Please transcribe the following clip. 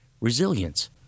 resilience